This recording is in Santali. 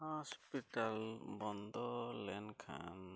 ᱵᱚᱱᱫᱚ ᱞᱮᱱᱠᱷᱟᱱ